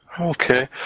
Okay